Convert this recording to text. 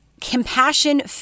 compassion